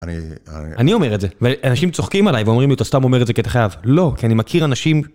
אני אומר את זה, אנשים צוחקים עליי ואומרים לי אתה סתם אומר את זה כי אתה חייב, לא כי אני מכיר אנשים.